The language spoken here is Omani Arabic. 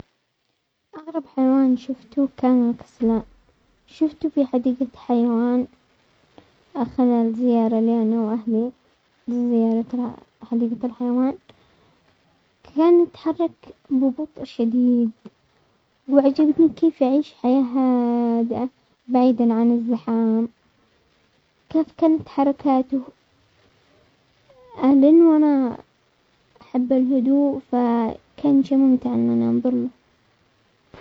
اغرب حيوان شفته كان الكسلان، شفته في حديقة حيوان، اخر الزيارة لي انا واهلي، لزيارة حديقة الحيوان، كان يتحرك ببطء شديد، وعجبني كيف يعيش حياة هادئة بعيدا عن الزحام، كيف كانت حركاته! لان انا احب الهدوء، فكان شئ ممتع اني انا انظر له.